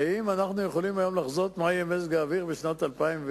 האם אנחנו יכולים היום לחזות מה יהיה מזג האוויר בשנת 2010?